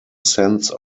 sense